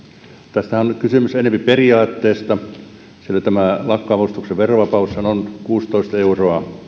tässähän on nyt kysymys enempi periaatteesta sillä lakkoavustuksen verovapaushan on kuusitoista euroa